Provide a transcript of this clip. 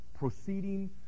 Proceeding